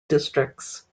districts